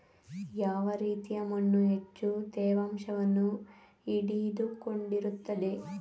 ಯಾವ ರೀತಿಯ ಮಣ್ಣು ಹೆಚ್ಚು ತೇವಾಂಶವನ್ನು ಹಿಡಿದಿಟ್ಟುಕೊಳ್ಳುತ್ತದೆ?